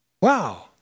Wow